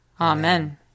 Amen